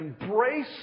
embrace